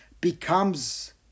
becomes